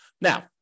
Now